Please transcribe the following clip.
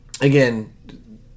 Again